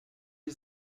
die